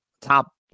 Top